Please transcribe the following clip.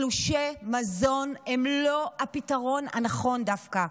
תלושי מזון הם לא הפתרון הנכון דווקא,